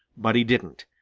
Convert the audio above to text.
but he didn't,